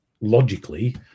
logically